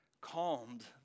calmed